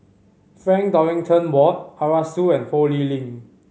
Frank Dorrington Ward Arasu and Ho Lee Ling